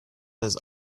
his